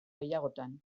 gehiagotan